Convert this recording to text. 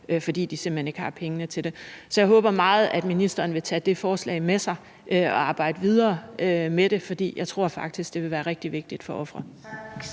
fordi de simpelt hen ikke har pengene til det. Så jeg håber meget, at ministeren vil tage det forslag med sig og arbejde videre med det, for jeg tror faktisk, at det vil være rigtig vigtigt for ofrene.